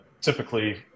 typically